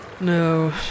No